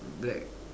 but